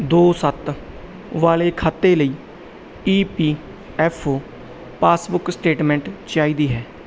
ਦੋ ਸੱਤ ਵਾਲੇ ਖਾਤੇ ਲਈ E P F O passbook statement ਚਾਹੀਦੀ ਹੈ